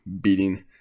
beating